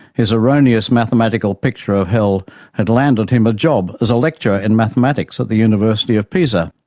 his erroneous mathematical picture of hell had landed him a job as a lecturer in mathematics at the university of pisa.